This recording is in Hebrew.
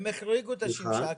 הם החריגו את השמשה הקדמית.